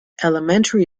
elementary